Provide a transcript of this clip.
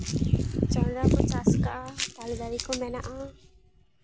ᱡᱚᱱᱰᱨᱟ ᱠᱚ ᱪᱟᱥ ᱠᱟᱜᱼᱟ ᱛᱟᱞᱮ ᱫᱟᱨᱮ ᱠᱚ ᱢᱮᱱᱟᱜᱼᱟ